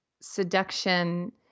seduction